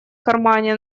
кармане